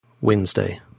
Wednesday